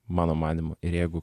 mano manymu ir jeigu